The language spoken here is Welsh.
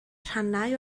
rhannau